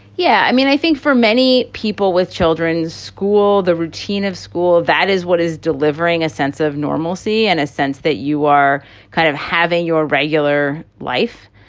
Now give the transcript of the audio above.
yeah, i mean, i think for many people with children's school, the routine of school, that is what is delivering a sense of normalcy and a sense that you are kind of having your regular life.